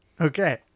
okay